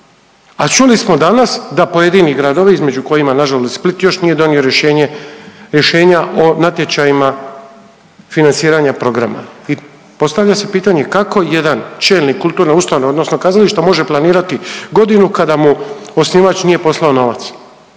a čuli smo danas da pojedini gradovi između kojih nažalost i Split još nije donio rješenje, rješenja o natječajima financiranja programa i postavlja se pitanje kako jedan čelnik kulturne ustanove odnosno kazališta može planirati godinu kada mu osnivač nije poslao novac